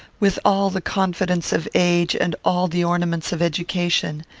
with all the confidence of age, and all the ornaments of education!